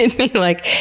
and be like,